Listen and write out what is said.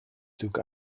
took